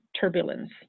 turbulence